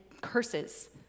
curses